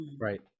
Right